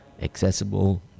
accessible